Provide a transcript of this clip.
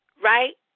right